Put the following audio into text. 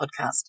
podcast